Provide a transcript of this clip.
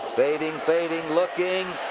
fading, fading looking.